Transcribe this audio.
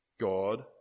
God